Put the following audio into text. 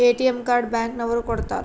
ATM card bank ನವರು ಕೊಡ್ತಾರ